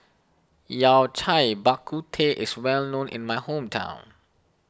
Yao Cai Bak Kut Teh is well known in my hometown